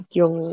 yung